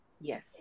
Yes